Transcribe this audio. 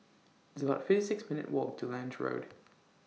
It's about fifty six minutes' Walk to Lange Road